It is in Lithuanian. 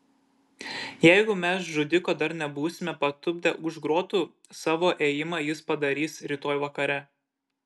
jeigu mes žudiko dar nebūsime patupdę už grotų savo ėjimą jis padarys rytoj vakare